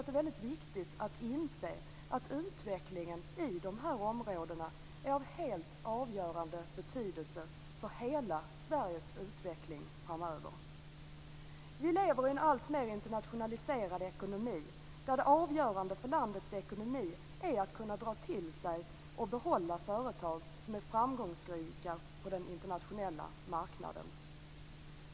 Det är viktigt att inse att utvecklingen i dessa områden är av helt avgörande betydelse för hela Sveriges utveckling framöver. Vi lever i en alltmer internationaliserad ekonomi, där det avgörande för landets ekonomi är att kunna dra till sig och behålla företag som är framgångsrika på den internationella marknaden.